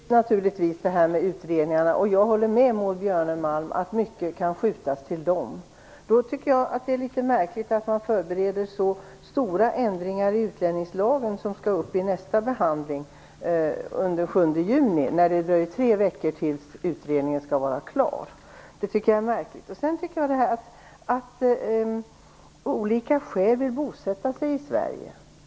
Fru talman! Det som Maud Björnemalm säger om utredningen är naturligtvis alldeles riktigt, och jag håller med om att mycket kan hänskjutas till den. Jag tycker därför att det är litet märkligt att man förbereder så stora ändringar i utlänningslagen, som skall tas upp vid nästa behandling den 7 juni, när det dröjer tre veckor tills utredningen skall vara klar. Maud Björnemalm talade om människor som av olika skäl vill bosätta sig i Sverige.